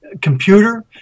computer